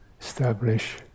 establish